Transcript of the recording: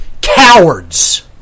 cowards